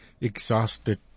exhausted